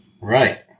Right